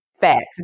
Facts